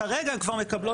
כרגע הם כבר מקבלות.